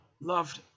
loved